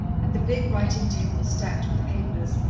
and the big writing-table stacked with papers,